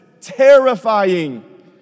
terrifying